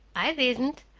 i didn't.